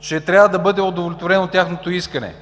че трябва да бъде удовлетворено тяхното искане